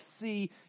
see